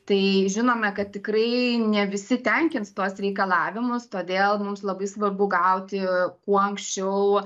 tai žinome kad tikrai ne visi tenkins tuos reikalavimus todėl mums labai svarbu gauti kuo anksčiau